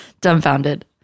dumbfounded